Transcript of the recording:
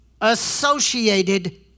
associated